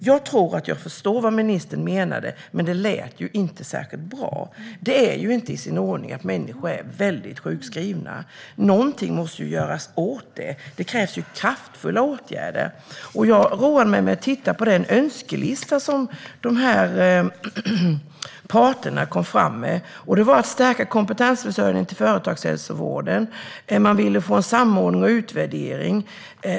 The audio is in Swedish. Jag tror att jag förstår vad ministern menade, men det lät inte särskilt bra. Det är ju inte i sin ordning att människor är väldigt sjukskrivna. Något måste göras åt det. Det krävs kraftfulla åtgärder. Jag roade mig med att titta på den önskelista som parterna kom fram med. Man ville stärka kompetensförsörjningen till företagshälsovården och få en samordning och utvärdering.